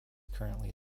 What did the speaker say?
currently